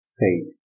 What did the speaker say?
faith